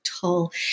tall